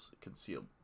Concealed